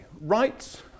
rights